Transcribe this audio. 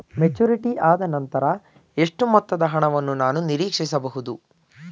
Maturity ಆದನಂತರ ಎಷ್ಟು ಮೊತ್ತದ ಹಣವನ್ನು ನಾನು ನೀರೀಕ್ಷಿಸ ಬಹುದು?